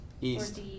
East